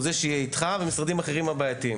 זה שיהיה איתך והמשרדים האחרים יהיו הבעייתיים.